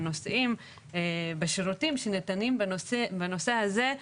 ובשירותים שניתנים בנושא הזה,